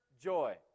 joy